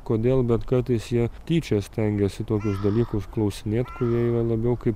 kodėl bet kartais jie tyčia stengiasi tokius dalykus klausinėt kurie yra labiau kaip